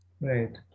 Right